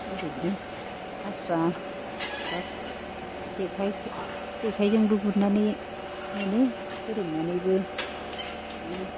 ओरैनो आस्रा बा जेखाइ जेखाइजोंबो गुरनानै मोनो गोरोमनानैबो ए